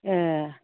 अ